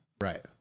Right